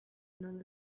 known